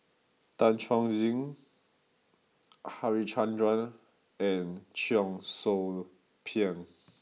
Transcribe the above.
Tan Chuan Jin Harichandra and Cheong Soo Pieng